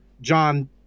John